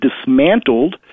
dismantled